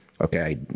okay